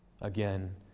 again